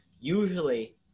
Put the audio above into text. usually